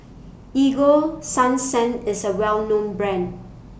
Ego Sunsense IS A Well known Brand